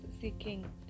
seeking